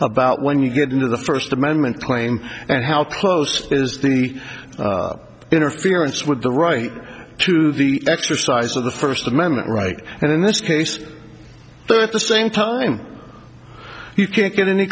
about when you get into the first amendment claim and how close is the interference with the right to the exercise of the first amendment right and in this case there at the same time you can't get any